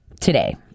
today